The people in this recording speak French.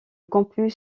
campus